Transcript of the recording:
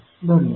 धन्यवाद